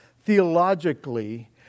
theologically